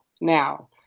now